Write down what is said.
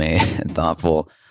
thoughtful